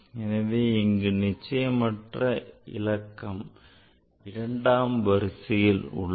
எனவே இங்கு நிச்சயமற்ற இலக்கம் இரண்டாம் வரிசையில் உள்ளது